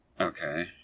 okay